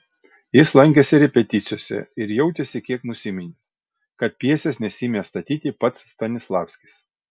jis lankėsi repeticijose ir jautėsi kiek nusiminęs kad pjesės nesiėmė statyti pats stanislavskis